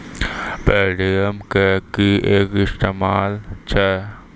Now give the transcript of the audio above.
Paytm के कि इस्तेमाल छै?